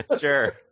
sure